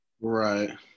Right